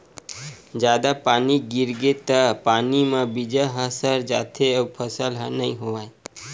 जादा पानी गिरगे त पानी म बीजा ह सर जाथे अउ फसल नइ होवय